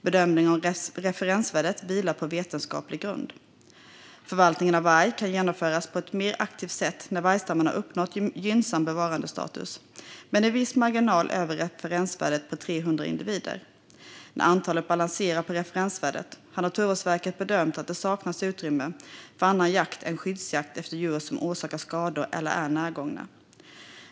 Bedömningen av referensvärdet vilar på vetenskaplig grund. Förvaltningen av varg kan genomföras på ett mer aktivt sätt när vargstammen har uppnått gynnsam bevarandestatus med en viss marginal över referensvärdet på 300 individer. När antalet balanserar på referensvärdet har Naturvårdsverket bedömt att det saknas utrymme för annan jakt än skyddsjakt efter djur som orsakar skador eller är närgångna.